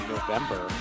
November